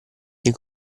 nei